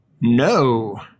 No